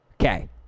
okay